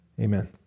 Amen